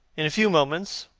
in a few moments,